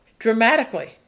dramatically